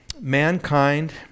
Mankind